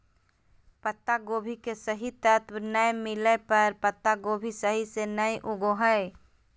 पत्तागोभी के सही तत्व नै मिलय पर पत्तागोभी सही से नय उगो हय